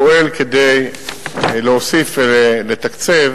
פועל כדי להוסיף, לתקצב